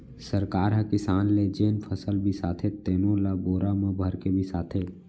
सरकार ह किसान ले जेन फसल बिसाथे तेनो ल बोरा म भरके बिसाथे